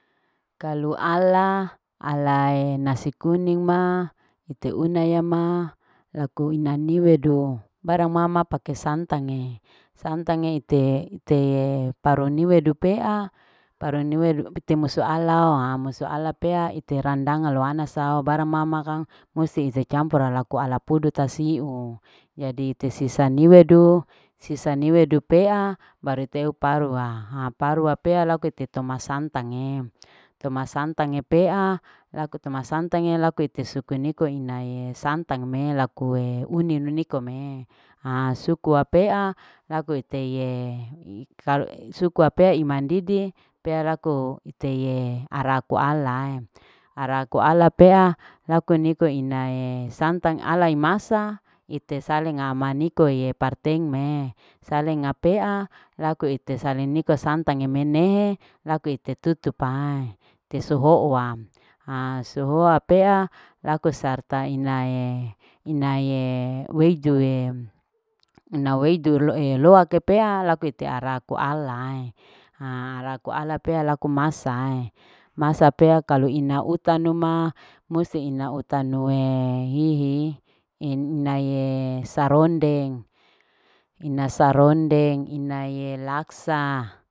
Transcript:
Laksa campur e campur biji bakso inae hihi tahu, tahu lakue kacang panjang laku tempe ine te campur re riaie osing. osing laku ina ianu. ina ianu ma kang iyanu e ite una ianu icili mama nasi kuning naama baru icocok laaka haa kalu ala pute ma ala putee ma kalu ala ye hihi ala lalapan ma inae ite suku ala pea haa laku ite ye ina manua ma ite ungkapao. ite ungkap papea laku ite gorenga ite goreng apea aa laku ite una ina sambale laku mama ina laukmae papinyo laku inae tempe laku tahu laku iua kol buah laku ina kacang panjang ma mamae alae hihi ala lalapan maina mama tapi kalue ala pudu tama kalu ala pudu taie nasi pulu jawa ma ite randang mao ite musue alae pudu tao musu ala pudu tapea ite randaga hae ite randang pea laku ite araa kae araa ka pea kalu masa laku ite. ite masa inaye nasu inanasu ute loaku inanasu pea.